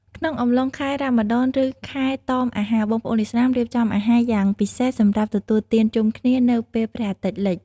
ក្នុងអំឡុងខែរ៉ាម៉ាឌន ឬ ខែតមអាហារ បងប្អូនឥស្លាមរៀបចំអាហារយ៉ាងពិសេសសម្រាប់ទទួលទានជុំគ្នានៅពេលព្រះអាទិត្យលិច។